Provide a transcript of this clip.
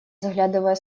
заглядывая